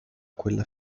quella